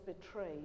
betrayed